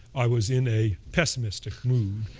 i was in a pessimistic mood.